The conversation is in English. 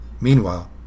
Meanwhile